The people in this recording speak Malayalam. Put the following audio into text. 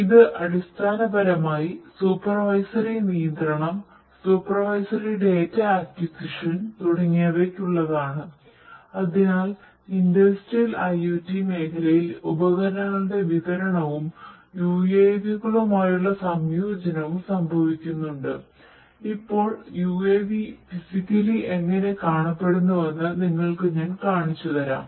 ഇത് അടിസ്ഥാനപരമായി സൂപ്പർവൈസറി നിയന്ത്രണം സൂപ്പർവൈസറി ഡാറ്റ അക്ക്വിസിഷൻ എങ്ങനെ കാണപ്പെടുന്നുവെന്ന് നിങ്ങൾക്ക് ഞാൻ കാണിച്ചുതരാം